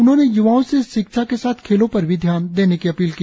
उन्होने य्वाओ से शिक्षा के साथ खेलों पर भी ध्यान देने की अपील की